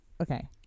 Okay